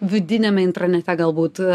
vidiniame intranete galbūt